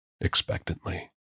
expectantly